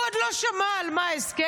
הוא עוד לא שמע על מה ההסכם,